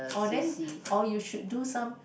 or then or you should do some